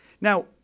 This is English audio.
Now